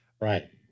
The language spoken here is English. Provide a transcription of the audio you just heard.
Right